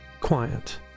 quiet